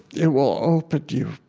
it will open you.